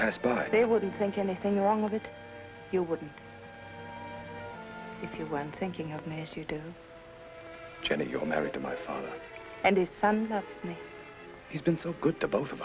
pass by they wouldn't think anything wrong with it you wouldn't if you went thinking of an issue to janet you're married to my father and his son he's been so good to both of